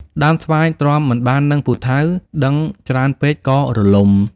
ដើមស្វាយ ទ្រាំមិនបាននឹងពូថៅ-ដឹងច្រើនពេក ក៏រលំ ។